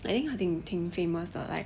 I think 挺挺 famous 的 like